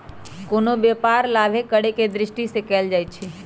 कोनो व्यापार लाभे करेके दृष्टि से कएल जाइ छइ